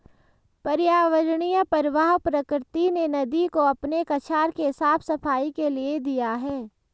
पर्यावरणीय प्रवाह प्रकृति ने नदी को अपने कछार के साफ़ सफाई के लिए दिया है